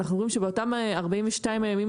אנחנו אומרים שבאותם 42 הימים,